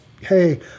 hey